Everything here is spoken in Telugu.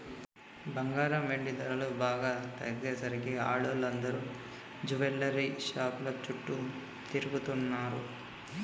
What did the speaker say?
బంగారం, వెండి ధరలు బాగా తగ్గేసరికి ఆడోళ్ళందరూ జువెల్లరీ షాపుల చుట్టూ తిరుగుతున్నరు